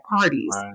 parties